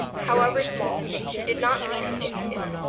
however small, she did not lead him into,